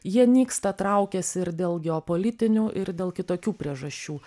jie nyksta traukiasi ir dėl geopolitinių ir dėl kitokių priežasčių